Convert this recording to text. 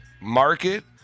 market